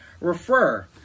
refer